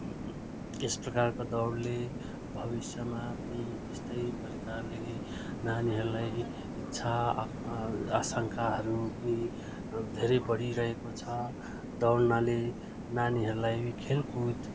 यस प्रकारको दौडले भविष्यमा यस्तै प्रकारले नानीहरूलाई इच्छा आफ्नो आशङ्काहरू धेरै बढिरहेको छ दौडनाले नानीहरूलाई खेलकुद